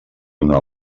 una